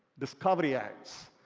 discovery ads.